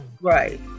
Right